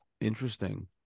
Interesting